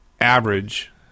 average